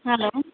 hello